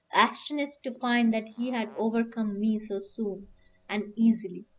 astonished to find that he had overcome me so soon and easily.